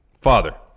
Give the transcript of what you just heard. father